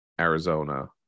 Arizona